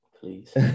please